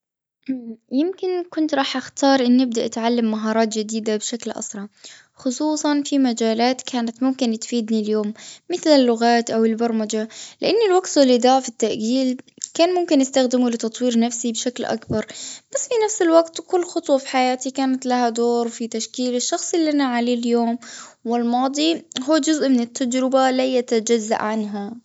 يكمن كنت راح أختار أني أبدي أتعلم مهارات جديدة بشكل أسرع. خصوصا في مجالات كانت ممكن تفيدني اليوم. مثل اللغات أو البرمجة. لأن الوقت اللي ضاع في التأجيل كان ممكن نستخدمه لتطوير نفسي بشكل أكبر. بس في نفس الوقت كل خطوة في حياتي كانت لها دور في تشكيل الشخص اللي أنا عليه اليوم. والماضي هو جزء من التجربة لا يتجزأ عنها.